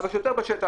אז השוטר בשטח,